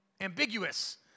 ambiguous